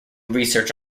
research